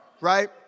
right